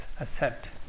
accept